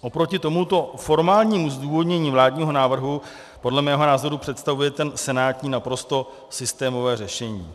Oproti tomuto formálnímu zdůvodnění vládního návrhu podle mého názoru představuje ten senátní naprosto systémové řešení.